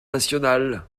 national